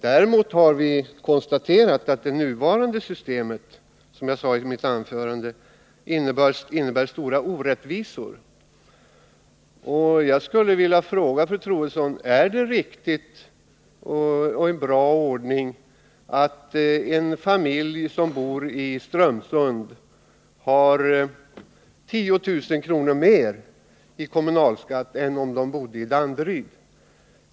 Däremot har vi, som jag sade i mitt huvudanförande, konstaterat att det nuvarande systemet innebär stora orättvisor. Jag vill fråga fru Troedsson: Är det riktigt och en bra ordning att en familj som bor i Strömsund betalar 10 000 kr. mer i kommunal skatt än vad den skulle göra om den bodde i Danderyd?